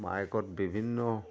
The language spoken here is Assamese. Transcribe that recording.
মাইকত বিভিন্ন